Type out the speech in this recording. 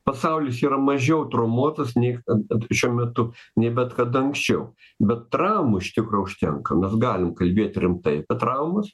pasaulis yra mažiau traumuotas nei šiuo metu nei bet kada anksčiau bet traumų iš tikro užtenka mes galim kalbėti rimtai apie traumas